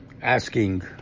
asking